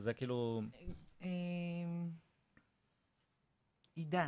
עידן,